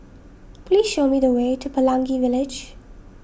please show me the way to Pelangi Village